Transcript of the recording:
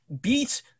beat